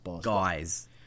guys